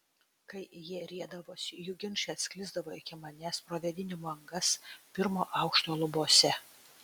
kai jie riedavosi jų ginčai atsklisdavo iki manęs pro vėdinimo angas pirmo aukšto lubose